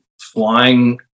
flying